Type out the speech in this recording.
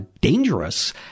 dangerous